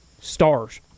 stars